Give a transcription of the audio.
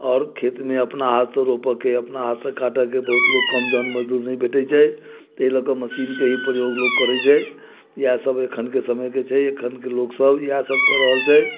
आओर खेतमे अपना हाथसँ रोपऽ के अपना हाथे काटऽके बहुत लोक कम दामपर मजदूर नहि भेटैत छै ताहि लऽकऽ मसीनके ही प्रयोग लोक करैत छै इएह सब एखनके समयके छै एखनके लोकसब इएह सब कऽ रहल छै